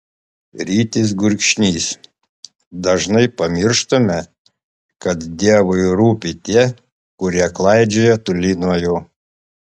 rytis gurkšnys dažnai pamirštame kad dievui rūpi tie kurie klaidžioja toli nuo jo